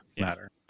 matter